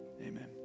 Amen